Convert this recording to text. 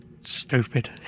stupid